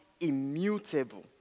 immutable